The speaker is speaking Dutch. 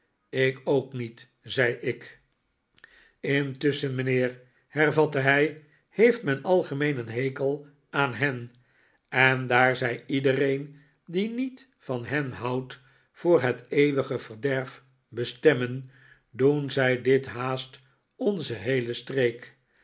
ik ook niet zei ik intusschen mijnheer hervatte hij heeft men algemeen een hekel aan hen en daar zij iedereen die niet van hen houdt voor het eeuwige verderf bestemmen doen zij dit haast onze heele streek